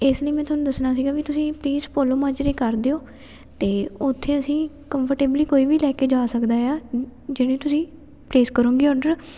ਇਸ ਲਈ ਮੈਂ ਤੁਹਾਨੂੰ ਦੱਸਣਾ ਸੀਗਾ ਵੀ ਤੁਸੀਂ ਪਲੀਜ਼ ਪੋਲੋ ਮਾਜਰੇ ਕਰ ਦਿਓ ਅਤੇ ਉੱਥੇ ਅਸੀਂ ਕੰਫਰਟੇਬਲੀ ਕੋਈ ਵੀ ਲੈ ਕੇ ਜਾ ਸਕਦਾ ਏ ਆ ਜਿਹੜੇ ਤੁਸੀਂ ਪਲੇਸ ਕਰੋਂਗੇ ਔਡਰ